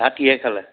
ভাত কিহেৰে খালে